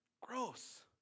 Gross